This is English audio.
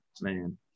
man